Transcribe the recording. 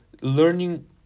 learning